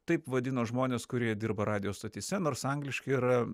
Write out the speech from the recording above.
taip vadino žmones kurie dirba radijo stotyse nors angliškai yra